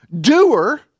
doer